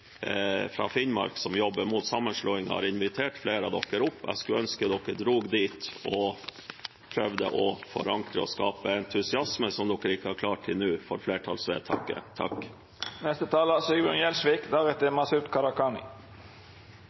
fra Finnmark som jobber mot sammenslåing, har invitert flere av dere opp. Jeg skulle ønske dere dro dit og prøvde å forankre og skape entusiasme for flertallsvedtaket, som dere ikke har klart til nå.